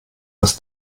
das